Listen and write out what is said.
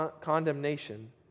condemnation